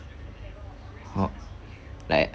ho~ like